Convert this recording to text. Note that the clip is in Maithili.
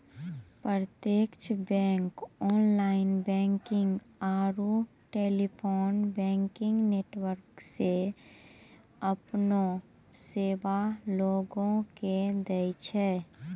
प्रत्यक्ष बैंक ऑनलाइन बैंकिंग आरू टेलीफोन बैंकिंग नेटवर्को से अपनो सेबा लोगो के दै छै